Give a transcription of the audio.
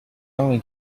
only